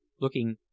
looking